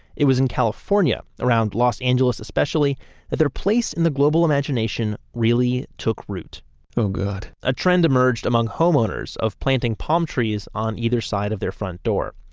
it was in california, around los angeles especially that the place in the global imagination really took route oh, god a trend emerged among home owners of planting palm trees on either side of their front door.